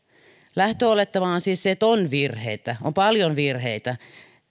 lähtöolettama on siis se että on virheitä on paljon virheitä